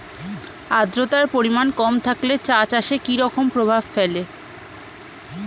আদ্রতার পরিমাণ কম থাকলে চা চাষে কি রকম প্রভাব ফেলে?